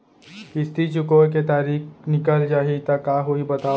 किस्ती चुकोय के तारीक निकल जाही त का होही बताव?